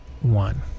One